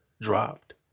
dropped